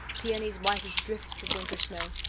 peonies white as drifts of winter snow.